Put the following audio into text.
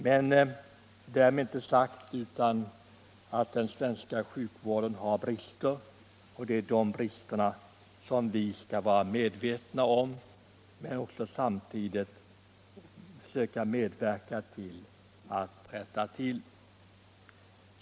Men därmed inte sagt att den svenska sjukvården inte har några brister — det är de bristerna vi skall vara medvetna om och samtidigt försöka att rätta till.